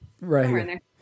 Right